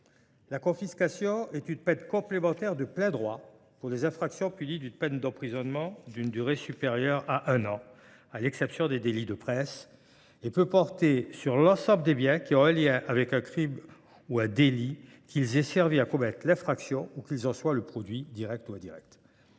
La confiscation est une peine complémentaire de plein droit pour les infractions punies d’une peine d’emprisonnement d’une durée supérieure à un an, à l’exception des délits de presse, et peut porter sur l’ensemble des biens ayant un lien avec un crime ou un délit, qu’ils aient servi à commettre l’infraction ou qu’ils en soient le produit direct ou indirect.